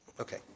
okay